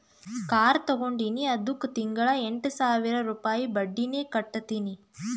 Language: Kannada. ಕಾರ್ ತಗೊಂಡಿನಿ ಅದ್ದುಕ್ ತಿಂಗಳಾ ಎಂಟ್ ಸಾವಿರ ರುಪಾಯಿ ಬಡ್ಡಿನೆ ಕಟ್ಟತಿನಿ